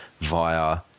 via